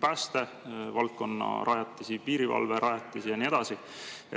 päästevaldkonna rajatisi, piirivalverajatisi ja nii edasi.